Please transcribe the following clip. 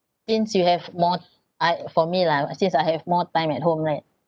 things you have more I for me lah uh since I have more time at home right